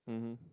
mmhmm